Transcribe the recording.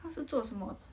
她是做什么的